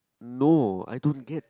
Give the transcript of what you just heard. no I don't get